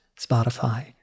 Spotify